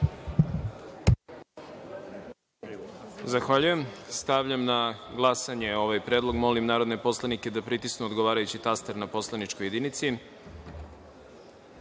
Zahvaljujem. Stavljam na glasanje ovaj predlog. Molim narodne poslanike da pritisnu odgovarajući taster na poslaničkoj